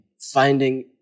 finding